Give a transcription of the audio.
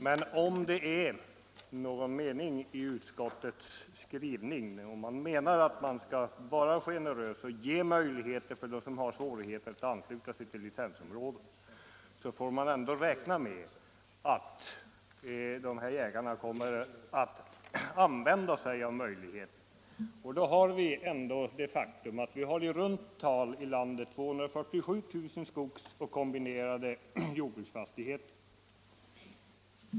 Men om det är någon mening i utskottsmajoritetens skrivning om att man skall vara generös och ge möjligheter för dem som har svårigheter att ansluta sig till licensområdena, får man ändå räkna med att sådana jägare kommer att använda denna möjlighet. Faktum är att vi i vårt land har i runt tal 247 000 kombinerade skogsoch jordbruksfastigheter.